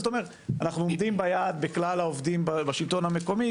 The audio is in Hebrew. אז אתה אומר אנחנו עומדים ביעד בכלל העובדים בשלטון המקומי.